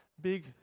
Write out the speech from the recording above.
big